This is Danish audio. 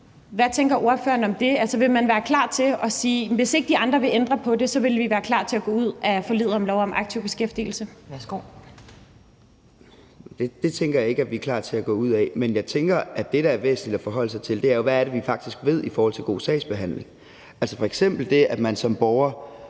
Hvad tænker ordføreren om det, altså vil man være klar til at sige, at hvis ikke de andre vil ændre på det, vil man være klar til at gå ud af forliget om lov om aktiv beskæftigelse? Kl. 11:36 Anden næstformand (Pia Kjærsgaard): Værsgo. Kl. 11:36 Alexander Grandt (S): Det tænker jeg ikke at vi er klar til at gå ud af, men jeg tænker, at det, der er væsentligt at forholde sig til, jo er, hvad det er, vi faktisk ved i forhold til god sagsbehandling. Altså f.eks. det, at man som borger